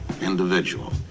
individual